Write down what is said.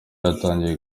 yatangiye